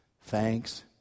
Thanks